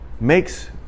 makes